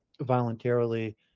voluntarily